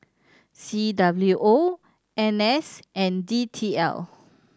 C W O N S and D T L